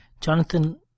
Jonathan